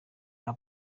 nka